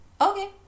Okay